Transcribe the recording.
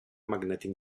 magnètic